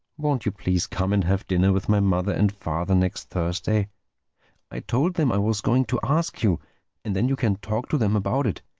won't you please come and have dinner with my mother and father next thursday i told them i was going to ask you and then you can talk to them about it.